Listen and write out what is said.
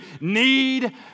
need